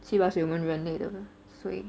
七八岁我们人类的所以